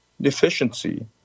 deficiency